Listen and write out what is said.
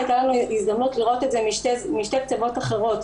הייתה לנו הזדמנות לראות את זה משני קצוות אחרים.